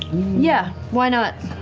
yeah, why not.